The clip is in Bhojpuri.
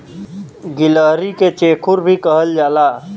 गिलहरी के चेखुर भी कहल जाला